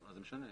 מה זה משנה?